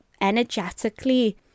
energetically